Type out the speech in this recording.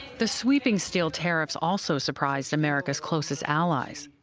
the sweeping steel tariffs also surprised america's closest allies.